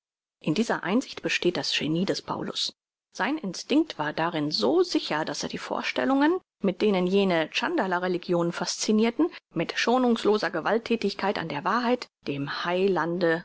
in dieser einsicht besteht das genie des paulus sein instinkt war darin so sicher daß er die vorstellungen mir denen jene tschandala religionen fascinirten mit schonungsloser gewaltthätigkeit an der wahrheit dem heilande